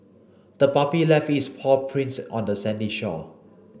the puppy left its paw prints on the sandy shore